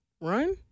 Run